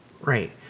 Right